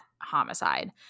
homicide